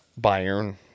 Bayern